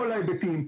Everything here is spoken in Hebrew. כל ההיבטים,